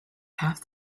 half